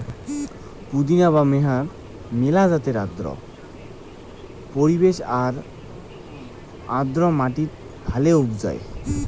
পুদিনা বা মেন্থার মেলা জাত আর্দ্র পরিবেশ আর আর্দ্র মাটিত ভালে উবজায়